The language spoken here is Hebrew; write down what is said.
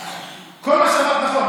כל מה שאמרת נכון.